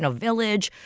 ah village,